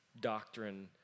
doctrine